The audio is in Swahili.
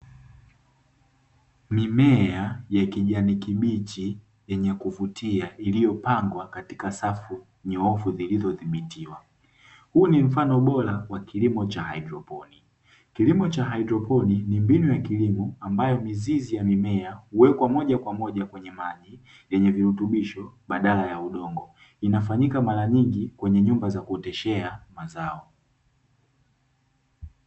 Mimea ya kijani kibichi yenye kuvutia iliyopangwa katika safu nyoofu zilizodhibitiwa, huu ni mfano bora wa kilimo cha haidroponi. Kilimo cha haidroponi ni mbinu ya kilimo ambayo mizizi ya mimea huwekwa moja kwa moja kwenye maji yenye virutubisho badala ya udongo, inafanyika mara nyingi kwenye nyumba za kuoteshea mazao.